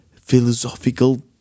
philosophical